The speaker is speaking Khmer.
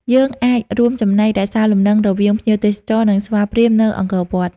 យើងអាចរួមចំណែករក្សាលំនឹងរវាងភ្ញៀវទេសចរ និងស្វាព្រាហ្មណ៍នៅអង្គរវត្ត។